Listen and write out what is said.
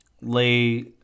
lay